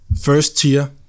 first-tier